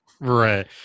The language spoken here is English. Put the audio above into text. right